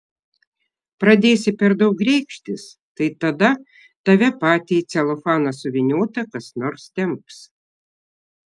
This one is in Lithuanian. pradėsi per daug reikštis tai tada tave patį į celofaną suvyniotą kas nors temps